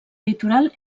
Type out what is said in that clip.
litoral